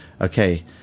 okay